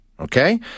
Okay